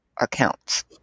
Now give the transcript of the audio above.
accounts